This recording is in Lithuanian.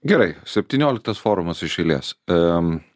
gerai septynioliktas forumas iš eilės em